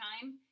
time